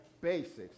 Basics